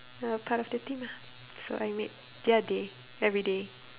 the part of the team ah so I made their day everyday